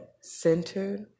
centered